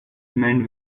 remained